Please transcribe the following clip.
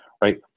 right